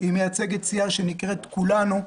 היא מייצגת סיעה שנקראת כולנו,